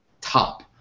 top